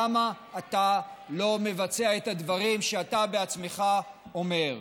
למה אתה לא מבצע את הדברים שאתה בעצמך אומר?